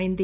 అయింది